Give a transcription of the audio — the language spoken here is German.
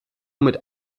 mit